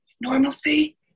normalcy